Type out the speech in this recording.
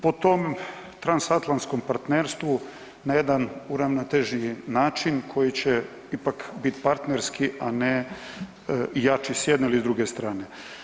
Po tom transatlantskom partnerstvu na jedan uravnatežiji način koji će ipak bit parterski, a ne jači s jedne ili s druge stane.